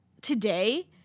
today